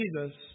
Jesus